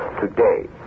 today